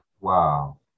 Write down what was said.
Wow